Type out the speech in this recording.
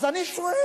אז אני שואל: